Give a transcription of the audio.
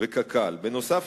בנוסף,